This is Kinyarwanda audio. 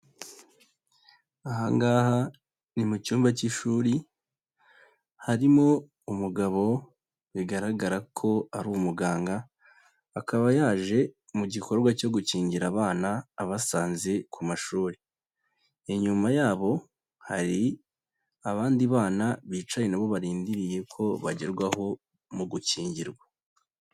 Aha ngaha ni mu cyumba cy'ishuri, harimo umugabo bigaragara ko ari umuganga, akaba yaje mu gikorwa cyo gukingira abana abasanze ku mashuri. Inyuma yabo hari abandi bana bicaye na bo barindiriye ko bagerwaho mu gukingirwa.